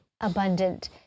abundant